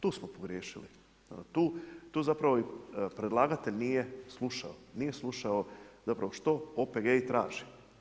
Tu smo pogriješili, tu zapravo predlagatelj nije slušao, nije slušao što OPG-i traže.